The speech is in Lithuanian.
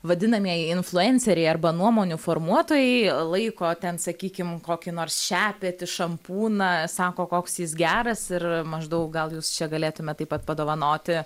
vadinamieji influenceriai arba nuomonių formuotojai laiko ten sakykim kokį nors šepetį šampūną sako koks jis geras ir maždaug gal jūs čia galėtumėt taip pat padovanoti